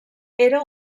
era